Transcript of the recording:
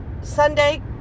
sunday